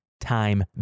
time